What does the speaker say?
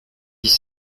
dix